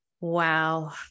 Wow